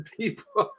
people